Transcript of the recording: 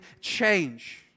change